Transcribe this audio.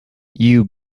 you